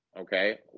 Okay